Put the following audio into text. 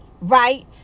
right